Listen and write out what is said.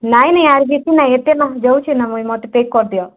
ନାଇଁ ନାଇଁ ଆର ବିକିମି ନାଇଁ ଏତେ ନା ଦେଉଛି ନା ବହି ମୋତେ ପ୍ୟାକ୍ କରିଦିଅ